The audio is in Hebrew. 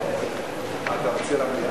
אתה מציע למליאה?